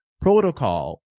protocol